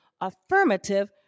affirmative